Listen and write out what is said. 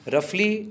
Roughly